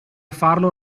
farlo